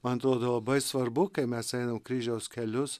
man atrodo labai svarbu kai mes einam kryžiaus kelius